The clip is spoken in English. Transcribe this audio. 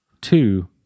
two